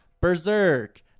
Berserk